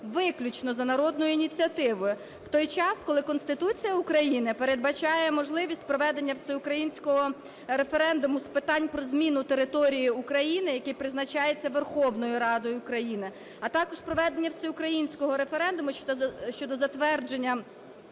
виключно за народною ініціативою в той час, коли Конституція України передбачає можливість проведення всеукраїнського референдуму з питань про зміну території України, який призначається Верховною Радою України, а також проведення всеукраїнського референдуму щодо затвердження